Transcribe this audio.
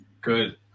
Good